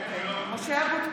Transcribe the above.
(קוראת בשמות חברי הכנסת) משה אבוטבול,